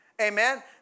amen